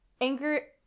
anger